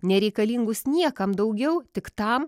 nereikalingus niekam daugiau tik tam